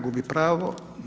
Gubi pravo.